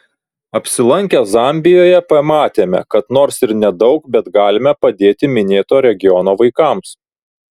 apsilankę zambijoje pamatėme kad nors ir nedaug bet galime padėti minėto regiono vaikams